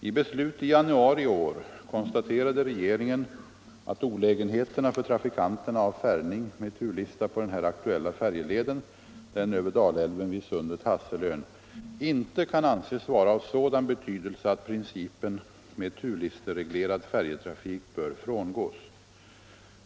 I beslut i januari i år konstaterade regeringen att olägenheterna för trafikanterna vid färjning med turlista på den här aktuella färjleden — den över Dalälven vid Sundet-Hasselön — inte kan anses vara av sådan betydelse att principen med turlistereglerad färjtrafik bör frångås.